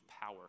power